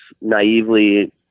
naively